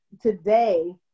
today